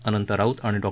अनंत राऊत आणि डॉ